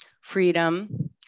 freedom